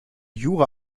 jura